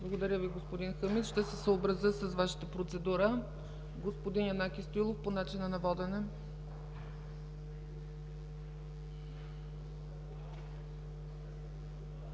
Благодаря Ви, господин Хамид. Ще се съобразя с Вашата процедура. Господин Янаки Стоилов – по начина на водене.